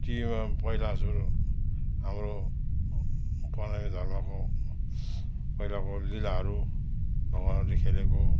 टिभिमा पहिला सुरु हाम्रो प्रणामी धर्मको पहिलाको लीलाहरू भगवान्हरूले खेलेको